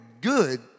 good